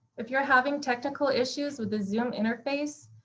if you're having technical issues with the zoom interface,